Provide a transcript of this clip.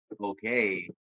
Okay